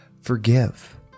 forgive